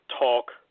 talk